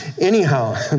Anyhow